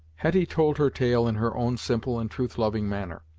hetty told her tale in her own simple and truth-loving manner.